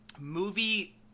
movie